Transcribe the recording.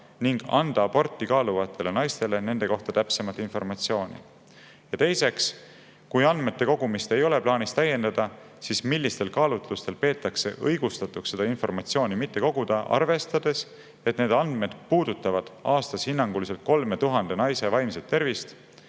ning anda aborti kaaluvatele naistele nende kohta täpsemat informatsiooni?" Ja teiseks: "Kui andmete kogumist ei ole plaanis täiendada, siis millistel kaalutlustel peetakse õigustatuks seda informatsiooni mitte koguda, arvestades, et need andmed puudutavad aastas hinnanguliselt kolme tuhande naise vaimset ja